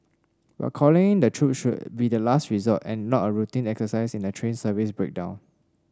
but calling in the troops should be the last resort and not a routine exercise in a train service breakdown